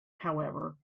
however